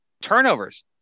turnovers